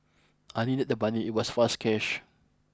I needed the money it was fast cash